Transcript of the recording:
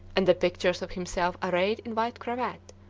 and the pictures of himself arrayed in white cravat,